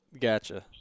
Gotcha